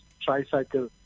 tricycle